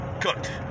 Cooked